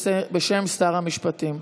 בשם שר המשפטים.